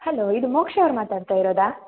hello ಇದು ಮೋಕ್ಷಾ ಅವ್ರು ಮಾತಾಡ್ತಾ ಇರೋದಾ